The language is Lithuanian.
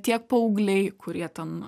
tiek paaugliai kurie ten